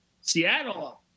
Seattle